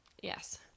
Yes